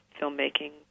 filmmaking